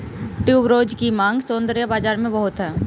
tuberose की मांग सौंदर्य बाज़ार में बहुत है